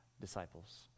disciples